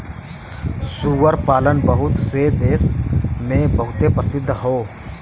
सूअर पालन बहुत से देस मे बहुते प्रसिद्ध हौ